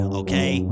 okay